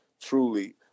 truly